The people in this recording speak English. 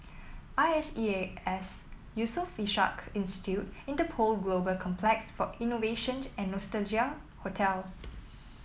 I S E A S Yusof Ishak Institute Interpol Global Complex for Innovation and Nostalgia Hotel